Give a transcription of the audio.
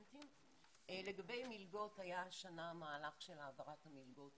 לגבי מלגות, היה השנה מהלך של העברת המלגות